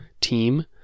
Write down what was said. team